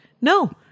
no